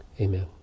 Amen